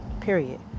Period